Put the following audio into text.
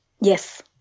yes